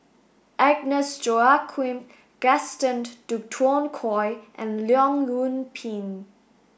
Agnes Joaquim Gaston Dutronquoy and Leong Yoon Pin